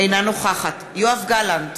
אינה נוכחת יואב גלנט,